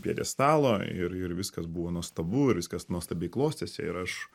pjedestalo ir ir viskas buvo nuostabu ir viskas nuostabiai klostėsi ir aš